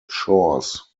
shores